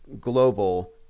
global